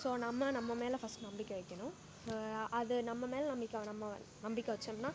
so நம்ம நம்ம மேல் ஃபஸ்ட்டு நம்பிக்கை வைக்கணும் அது நம்ம மேல் நம்பிக்கை நம்ம நம்பிக்கை வச்சோம்னால்